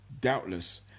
doubtless